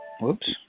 Whoops